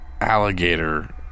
alligator